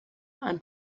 ein